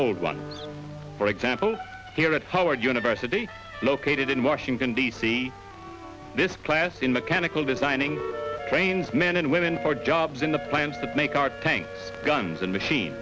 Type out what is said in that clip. old ones for example here at howard university located in washington d c this class in mechanical designing trains men and women for jobs in the plants that make our tanks guns and machine